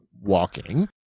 walking-